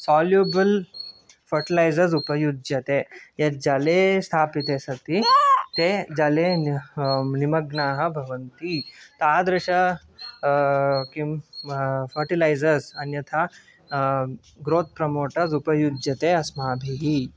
soluble fertilisers उपयुज्यते यज्जले स्थापिते सति ते जले निमग्नाः भवन्ती तादृश किं फ़र्टिलैज़र्स् अन्यथा ग्रोत् प्रमोटर्स् उपयुज्यते अस्माभिः